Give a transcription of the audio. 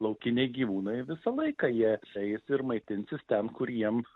laukiniai gyvūnai visą laiką jie eis ir maitinsis ten kur jiem